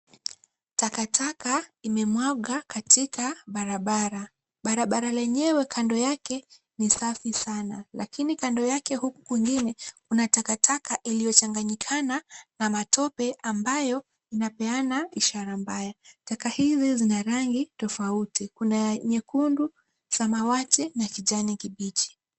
Takataka imemwagwa katika barabara. Barabara lenyewe kando yake ni safi sana, lakini kando yake huku kwingine kuna takataka iliyo changanyikana na matope ambayeo inapeana ishara mbaya. Taka hizi zina rangi tofauti. Kuna ya nyekundu, samawati na kijani kibichi.